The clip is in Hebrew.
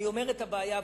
אני אומר מה הבעיה,